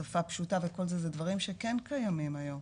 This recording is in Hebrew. שפה פשוטה וכל זה, זה דברים שכן קיימים היום.